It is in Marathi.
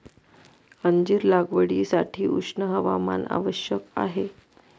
अंजीर लागवडीसाठी उष्ण हवामान आवश्यक आहे